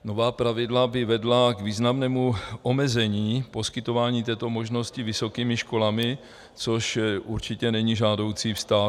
Nová pravidla by vedla k významnému omezení poskytování této možnosti vysokými školami, což určitě není žádoucí vztah.